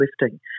lifting